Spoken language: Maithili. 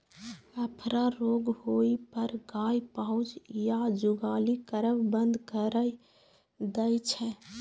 अफरा रोग होइ पर गाय पाउज या जुगाली करब बंद कैर दै छै